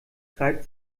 reibt